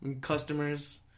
customers